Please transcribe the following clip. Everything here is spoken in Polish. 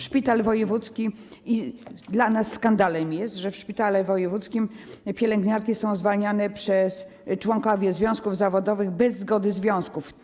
Szpital wojewódzki - dla nas skandalem jest to, że w szpitalu wojewódzkim pielęgniarki są zwalniane, członkinie związków zawodowych, bez zgody związków.